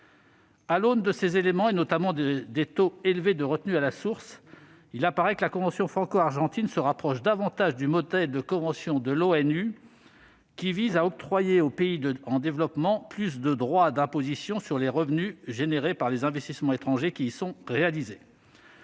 À l'aune de ces éléments, notamment des taux élevés de retenue à la source, il apparaît que la convention franco-argentine se rapproche davantage du modèle de convention de l'Organisation des Nations unies (ONU), qui vise à octroyer aux pays en développement plus de droits d'imposition sur les revenus générés par les investissements étrangers qui y sont réalisés.